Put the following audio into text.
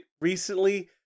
recently